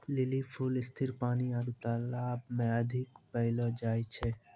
lily फूल स्थिर पानी आरु तालाब मे अधिक पैलो जाय छै